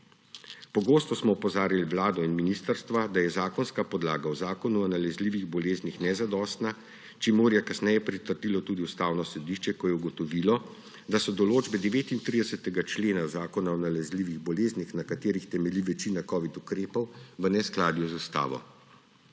Pogosto smo opozarjali Vlado in ministrstva, da je zakonska podlaga v Zakonu o nalezljivih boleznih nezadostna, čemur je kasneje pritrdilo tudi Ustavno sodišče, ko je ugotovilo, da so določbe 39. člena Zakona o nalezljivih boleznih, na katerih temelji večina covid ukrepov, v neskladju z ustavo.